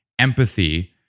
empathy